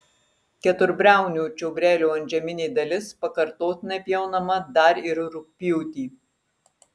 keturbriaunio čiobrelio antžeminė dalis pakartotinai pjaunama dar ir rugpjūtį